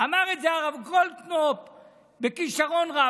אמר את זה הרב גולדקנופ בכישרון רב.